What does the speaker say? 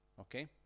Okay